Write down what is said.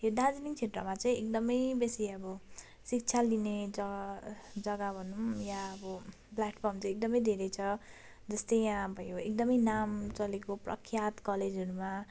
यो दार्जिलिङ क्षेत्रमा चाहिँ एकदम बेसी अब शिक्षा लिने ज जगा भनौँ वा अब प्लेटफर्म चाहिँ एकदम धेरै छ जस्तो यहाँ भयो एकदम नाम चलेको प्रख्यात कलेजहरूमा